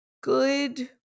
good